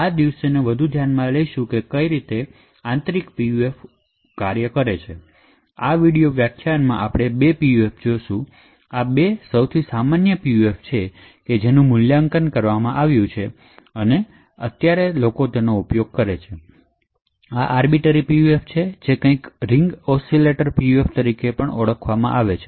આ વિડિઓ વ્યાખ્યાનમાં આપણે બે પીયુએફજોશું આ 2 સૌથી સામાન્ય પીયુએફછે જેનું મૂલ્યાંકન કરવામાં આવે છે અને આ દિવસોમાં તેનો ઉપયોગ કરવામાં આવે છે આ આર્બિટર પીયુએફઅને રીંગ ઓસિલેટર પીયુએફતરીકે ઓળખાય છે